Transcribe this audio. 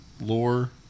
lore